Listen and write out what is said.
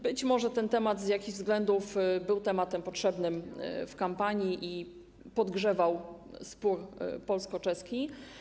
Być może ten temat z jakichś względów był tematem potrzebnym w kampanii i podgrzewał spór polsko-czeski.